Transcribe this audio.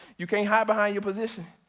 you can't hide behind your position,